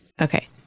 Okay